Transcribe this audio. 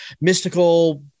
mystical